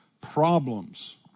problems